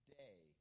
day